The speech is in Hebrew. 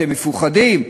אתם מפוחדים,